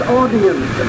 audience